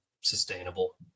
sustainable